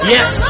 Yes